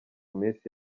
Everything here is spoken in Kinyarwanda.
minsi